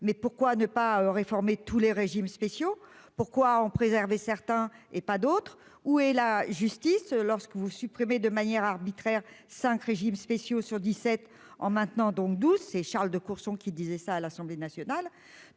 Mais pourquoi ne pas réformer tous les régimes spéciaux, pourquoi en préserver certains et pas d'autres. Où est la justice lorsque vous supprimez de manière arbitraire cinq régimes spéciaux sur 17 ans maintenant donc douce et Charles de Courson qui disait ça à l'Assemblée nationale,